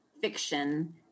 fiction